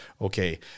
okay